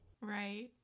Right